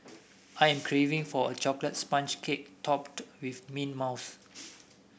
I am craving for a chocolate sponge cake topped with mint mousse